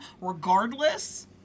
regardless